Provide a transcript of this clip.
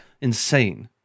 insane